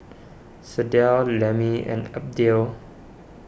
Sydell Lemmie and Abdiel